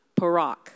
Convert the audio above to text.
parak